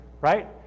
Right